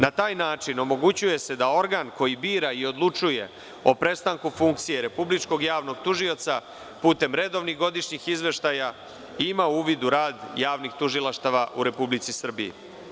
Na taj način omogućuje se da organ koji bira i odlučuje o prestanku funkcije republičkog javnog tužioca, putem redovnih godišnjih izveštaja, ima uvid u rad javnih tužilaštava u Republici Srbiji.